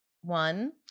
one